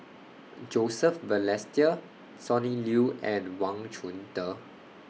Joseph Balestier Sonny Liew and Wang Chunde